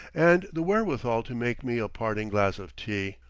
and the wherewithal to make me a parting glass of tea.